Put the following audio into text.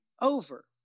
over